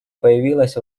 появилась